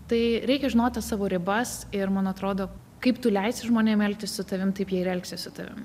tai reikia žinoti savo ribas ir man atrodo kaip tu leisi žmonėm elgtis su tavim taip jie ir elgsis su tavim